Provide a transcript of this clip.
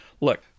look